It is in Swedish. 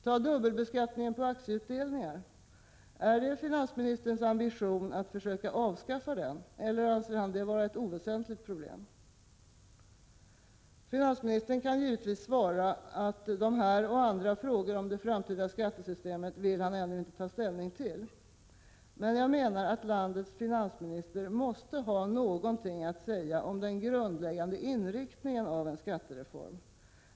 Ta dubbelbeskattningen på aktieutdelningar: Är det finansministerns ambition att försöka avskaffa den, eller anser han det oväsentligt? Finansministern kan givetvis svara att dessa och andra frågor om det framtida skattesystemet vill han ännu inte ta ställning till. Men jag menar att landets finansminister måste ha någonting att säga om den grundläggande inriktningen av en skattereform.